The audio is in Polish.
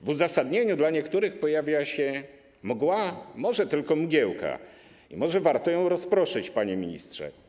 W uzasadnieniu dla niektórych pojawia się mgła, może tylko mgiełka, może warto ją rozproszyć, panie ministrze.